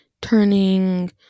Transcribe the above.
turning